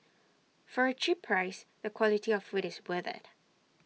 for A cheap price the quality of food is worth IT